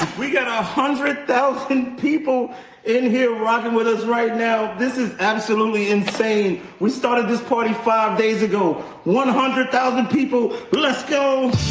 we got one um hundred thousand people in here rockin' with us right now. this is absolutely insane. we started this party five days ago. one hundred thousand people. let's go.